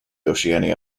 oceania